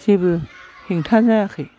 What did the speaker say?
जेबो हेंथा जायाखै